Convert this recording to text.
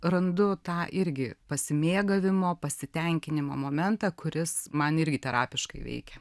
randu tą irgi pasimėgavimo pasitenkinimo momentą kuris man irgi terapiškai veikia